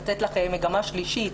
לתת לך מגמה שלישית,